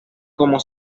como